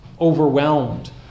overwhelmed